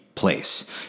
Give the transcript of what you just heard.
place